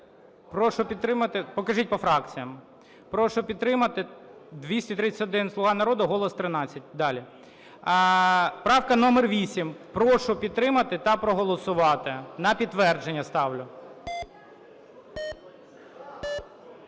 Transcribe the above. Прошу підтримати… Покажіть по фракціям. Прошу підтримати… 231 – "Слуга народу", "Голос" – 13. Далі. Правка номер 8. Прошу підтримати та проголосувати. На підтвердження ставлю.